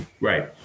Right